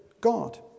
God